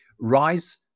rise